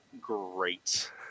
great